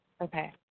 Okay